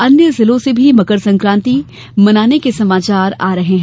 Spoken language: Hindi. अन्य जिलों से भी मकर संकान्ति मनाने के समाचार आ रहे हैं